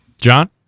John